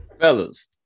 Fellas